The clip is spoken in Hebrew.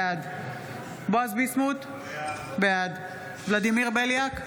בעד בועז ביסמוט, בעד ולדימיר בליאק,